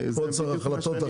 פה צריך החלטות אחרות.